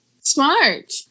smart